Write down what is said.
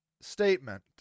statement